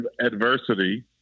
adversity